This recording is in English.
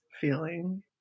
feeling